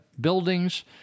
buildings